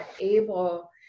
able